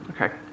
Okay